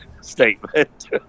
statement